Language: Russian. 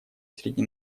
среди